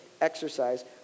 exercise